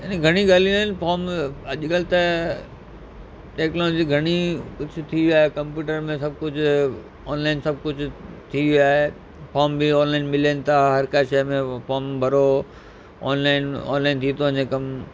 घणी ॻाल्हियूं आहिनि फॉम अॼुकल्ह त टेक्नोलॉजी घणी कुझ थी वियो आहे कंप्यूटर में सभ कुझु ऑनलाइन सभ कुझ थी वियो आहे फॉम बि ऑनलाइन मिलनि था हर का शइ में फॉम भरो ऑनलाइन ऑनलाइन थी थो वञे कमु